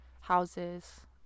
houses